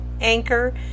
Anchor